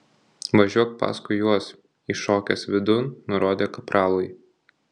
važiuok paskui juos įšokęs vidun nurodė kapralui